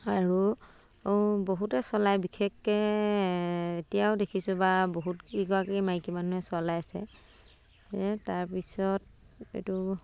আৰু ও বহুতে চলায় বিশেষকৈ এতিয়াও দেখিছো বা বহুত কেইগৰাকী মাইকী মানুহে চলাইছে তাৰপিছত এইটো